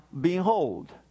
behold